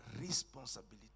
responsibility